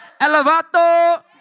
Elevato